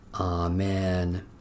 Amen